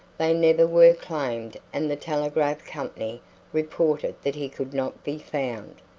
they never were claimed and the telegraph company reported that he could not be found.